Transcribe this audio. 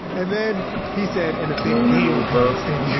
and then he said, and a big bee will come and sting you.